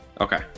Okay